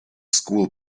school